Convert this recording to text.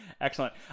Excellent